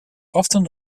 often